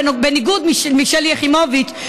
בניגוד לשלי יחימוביץ,